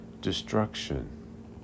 destruction